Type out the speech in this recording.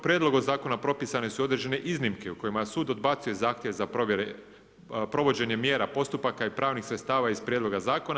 Prijedlogom zakona propisane su određene iznimke u kojima sud odbacuje zahtjev za provođenje mjera, postupaka i pravnih sredstava iz prijedloga zakona.